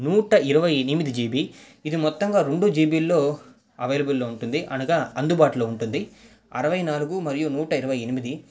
నూట ఇరవై ఎనిమిది జీబి ఇది మొత్తంగా రెండు జీబిల్లో అవైలబుల్గా ఉంటుంది అనగా అందుబాటులో ఉంటుంది అరవై నాలుగు మరియు నూట ఇరవై ఎనిమిది